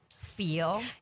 feel